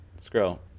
scroll